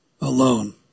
alone